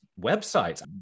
websites